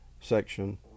section